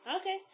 Okay